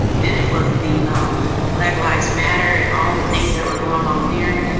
then it was the black lives matter and all the things that were going on there.